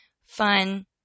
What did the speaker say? fun